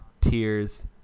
tears